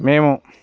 మేము